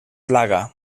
plaga